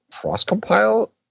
cross-compile